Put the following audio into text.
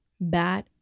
bad